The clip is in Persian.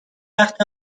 وقت